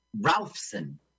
Ralphson